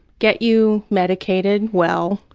get you medicated well,